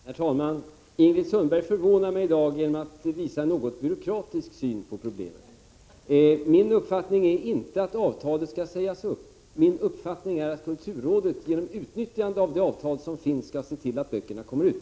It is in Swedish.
Herr talman! Ingrid Sundberg förvånar mig i dag genom att visa en något byråkratisk syn på problemet. Min uppfattning är inte att avtalet skall sägas upp, utan min uppfattning är att kulturrådet med utnyttjande av det avtal som träffats skall se till att böckerna kommer ut.